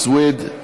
סויד,